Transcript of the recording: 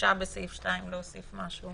שאפשר בסעיף 2 להוסיף משהו כללי יותר.